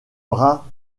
bras